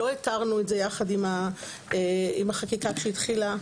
לא התרנו את זה יחד עם החקיקה כשהיא התחילה.